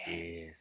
Yes